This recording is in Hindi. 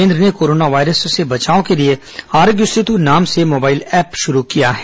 केन्द्र ने कोरोना वायरस से बचाव के लिए आरोग्य सेतु नाम से मोबाइल ऐप शुरु किया है